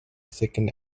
second